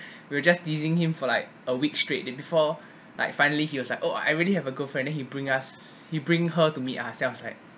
we were just teasing him for like a week straight then before like finally he was like oh I really have a girlfriend then he bring us he bring her to meet us then I was like